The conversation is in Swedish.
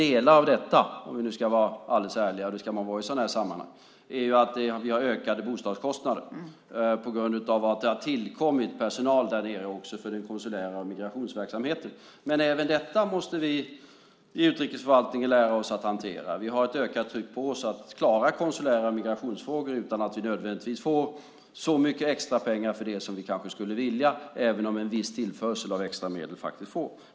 En del av detta, om vi nu ska vara alldeles ärliga, och det ska man vara i sådana här sammanhang, är att vi har ökade bostadskostnader på grund av att det har tillkommit personal där nere också för den konsulära verksamheten och migrationsverksamheten. Men även detta måste vi i utrikesförvaltningen lära oss att hantera. Vi har ett ökat tryck på oss att klara konsulära frågor och migrationsfrågor utan att vi nödvändigtvis får så mycket extra pengar för det som vi kanske skulle vilja - även om en viss tillförsel av extra medel faktiskt fås.